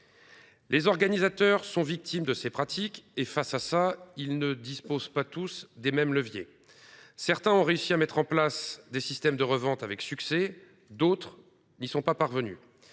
Les organisateurs sont victimes de ces pratiques, face auxquelles ils ne disposent pas tous des mêmes leviers. Certains ont réussi à mettre en place des systèmes de revente, d’autres n’y sont pas parvenus.